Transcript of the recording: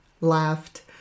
laughed